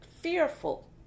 fearful